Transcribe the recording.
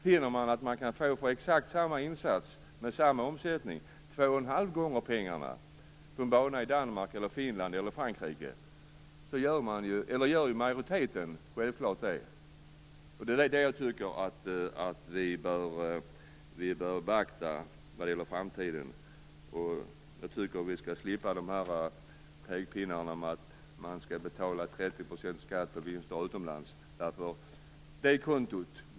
Finner man då att man för exakt samma insats med samma omsättning kan få två och en halv gånger pengarna på en bana i Danmark, Finland eller Frankrike, så spelar majoriteten självklart där. Det är det jag tycker att vi bör beakta vad gäller framtiden. Jag tycker att vi skall slippa de här pekpinnarna om att man skall betala 30 % i skatt på vinster utomlands.